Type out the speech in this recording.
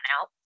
out